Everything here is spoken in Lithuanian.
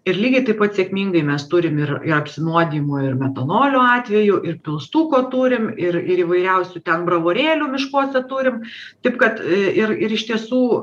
ir lygiai taip pat sėkmingai mes turim ir ir apsinuodijimų ir metanoliu atvejų ir pilstuko turim ir ir įvairiausių ten bravorėlių miškuose turim taip kad ir ir iš tiesų